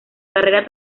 carrera